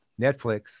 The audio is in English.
Netflix